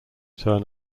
turn